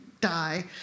die